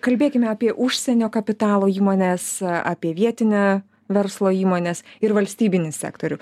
kalbėkime apie užsienio kapitalo įmones apie vietinę verslo įmones ir valstybinį sektorių